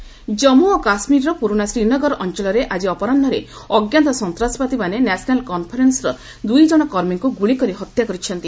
JK shot dead Jammu ଓ କାଶ୍ମୀରର ପୁରୁଣା ଶ୍ରୀନଗର ଅଞ୍ଚଳରେ ଆଜି ଅପରାହ୍ନରେ ଅଜ୍ଞାତ ସନ୍ତାସବାଦୀମାନେ ନ୍ୟାସ୍ନାଲ୍ କନ୍ଫରେନ୍ସର ଦୁଇ ଜଣ କର୍ମୀଙ୍କୁ ଗୁଳିକରି ହତ୍ୟା କରିଛନ୍ତି